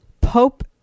Pope